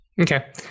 Okay